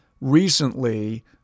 recently